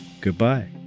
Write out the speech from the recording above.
goodbye